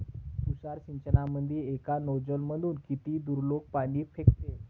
तुषार सिंचनमंदी एका नोजल मधून किती दुरलोक पाणी फेकते?